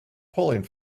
pulling